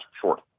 short